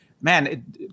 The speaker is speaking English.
man